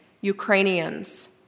Ukrainians